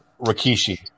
Rikishi